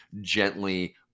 gently